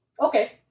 Okay